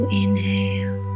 inhale